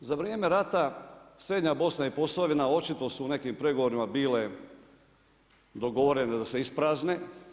Za vrijeme rata srednja Bosna i Posavina očito su u nekim pregovorima bile dogovorene da se isprazne.